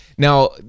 Now